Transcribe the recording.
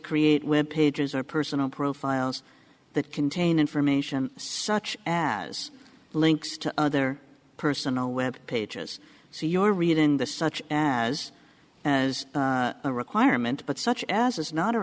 create web pages or personal profiles that contain information such as links to other personal web pages so your read in this such as as a requirement but such as is not a